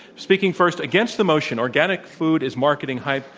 speaking first against the motion, organic food is marketing hype,